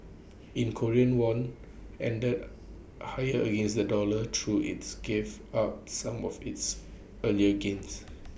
the Korean won ended higher against the dollar though its gave up some of its earlier gains